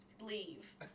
Leave